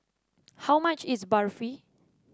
how much is Barfi